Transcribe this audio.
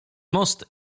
most